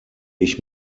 ich